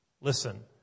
Listen